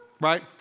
right